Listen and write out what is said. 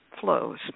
flows